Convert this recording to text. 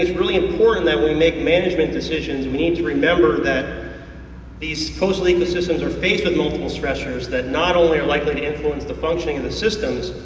really important that when we make management decisions we need to remember that these coastal ecosystems are faced with multiple stressors that not only are likely to influence the functioning of the systems,